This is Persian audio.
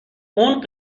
اون